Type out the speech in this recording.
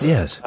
Yes